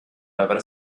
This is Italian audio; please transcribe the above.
aver